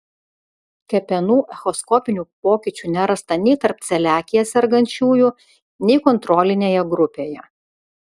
kepenų echoskopinių pokyčių nerasta nei tarp celiakija sergančiųjų nei kontrolinėje grupėje